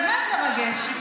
באמת מרגש.